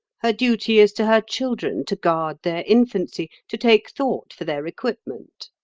her duty is to her children, to guard their infancy, to take thought for their equipment.